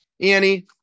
Annie